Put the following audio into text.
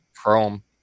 Chrome